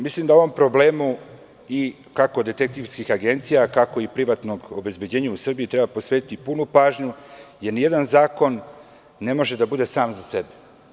Mislim da ovom problemu, kako detektivskim agencijama, tako i privatnom obezbeđenju u Srbiji treba posvetiti punu pažnju, jer ni jedan zakon ne može da bude sam za sebe.